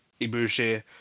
Ibushi